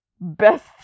best